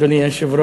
אדוני היושב-ראש,